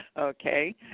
okay